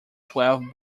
twelve